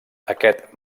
aquest